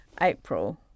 April